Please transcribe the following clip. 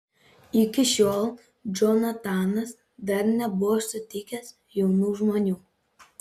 iki šiol džonatanas dar nebuvo sutikęs jaunų žmonių